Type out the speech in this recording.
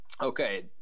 Okay